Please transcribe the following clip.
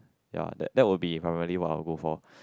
ya that that will be primary will I go for